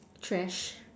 trash